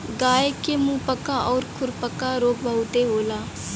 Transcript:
गाय के मुंहपका आउर खुरपका रोग बहुते होला